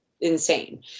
insane